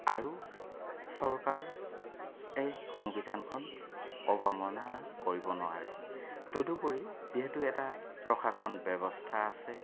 আৰু চৰকাৰ এই সংবিধানখন অৱমাননা কৰিব নোৱাৰে তদুপৰি যিহেতু এটা প্ৰশাসন ব্যৱস্থা আছে